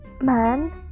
Man